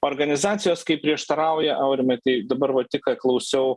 organizacijos kaip prieštarauja aurimai tai dabar va tik ką klausiau